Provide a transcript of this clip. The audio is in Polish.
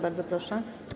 Bardzo proszę.